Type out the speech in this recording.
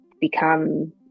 become